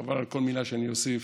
חבל על כל מילה שאני אוסיף,